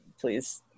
please